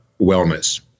wellness